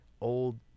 Old